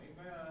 Amen